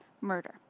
murder